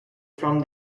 from